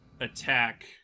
attack